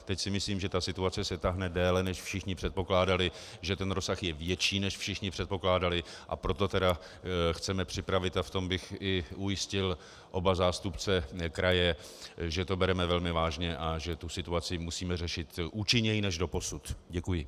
Teď si myslím, že se ta situace táhne déle, než všichni předpokládali, že ten rozsah je větší, než všichni předpokládali, a proto tedy chceme připravit a v tom bych i ujistil oba zástupce kraje, že to bereme velmi vážně a že tu situaci musíme řešit účinněji než doposud. Děkuji.